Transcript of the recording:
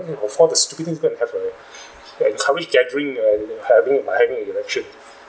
of all the stupid thing go and have a encourage gathering uh having by having a election